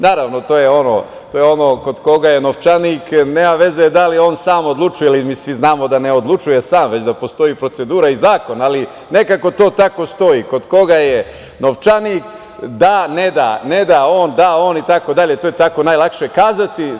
Naravno, to je ono – kod koga je novčanik, nema veze da li on sam odlučuje, mi svi znamo da ne odlučuje sam, već da postoji procedura i zakon, ali nekako to tako stoji, kod koga je novčanik dâ, ne dâ, ne dâ on, dâ on itd, to je tako najlakše kazati.